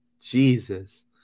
Jesus